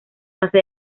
fase